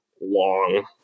long